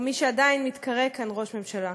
או מי שעדיין מתקרא כאן ראש ממשלה.